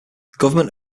government